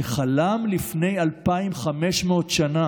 שחלם לפני 2,500 שנה